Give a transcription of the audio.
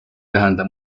tähenda